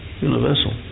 universal